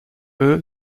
eux